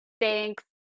Thanks